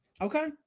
Okay